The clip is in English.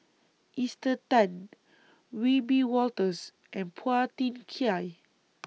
Esther Tan Wiebe Wolters and Phua Thin Kiay